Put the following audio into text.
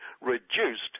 reduced